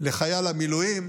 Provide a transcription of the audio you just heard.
לחייל המילואים,